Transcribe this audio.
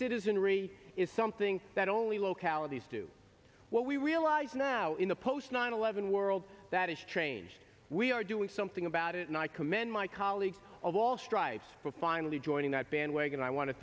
citizenry is something that only localities do what we realize now in the post nine eleven world that is changed we are doing something about it and i commend my colleagues of all stripes for finally joining that bandwagon i want to